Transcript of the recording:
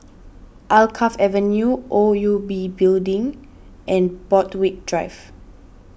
Alkaff Avenue O U B Building and Borthwick Drive